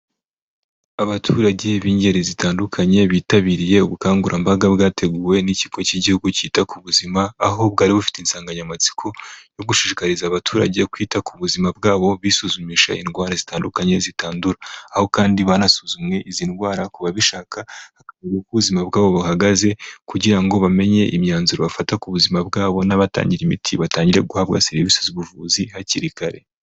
Abaturage b'ingeri zitandukanye bitabiriye ubukangurambaga bwateguwe n'ikigo cy'igihugu cyita ku buzima, aho bwari bufite insanganyamatsiko yo gushishikariza abaturage kwita ku buzima bwabo, bisuzumisha indwara zitandukanye zitandura; aho kandi banasuzumwe izi ndwara ku babishaka bakamenya uko ubuzima bwabo buhagaze kugira ngo bamenye imyanzuro bafata ku buzima bwabo; n'abatangira imiti, batangire guhabwa serivisi z'ubuvuzi hakiri kare.